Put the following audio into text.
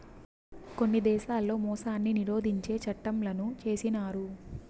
కొన్ని దేశాల్లో మోసాన్ని నిరోధించే చట్టంలను చేసినారు